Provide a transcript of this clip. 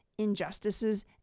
injustices